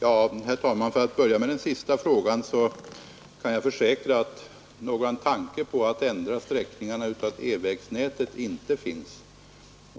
Herr talman! För att börja med den sista frågan kan jag försäkra att någon tanke på att ändra sträckningarna av E-vägnätet inte finns.